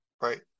Right